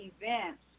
events